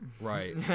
Right